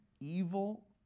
evil